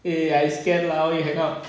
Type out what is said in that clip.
eh I scam lah why you hang up